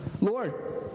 Lord